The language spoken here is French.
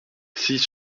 six